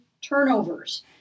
turnovers